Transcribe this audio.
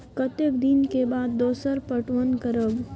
कतेक दिन के बाद दोसर पटवन करब?